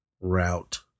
route